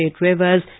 rivers